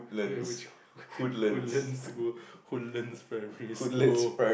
yeah which woodlands school woodlands primary school